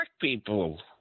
people